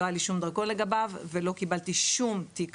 לא היה לי דרכון לגביו ולא קיבלתי שום תיק